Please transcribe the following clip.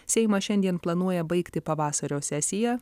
seimas šiandien planuoja baigti pavasario sesiją